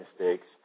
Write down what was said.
mistakes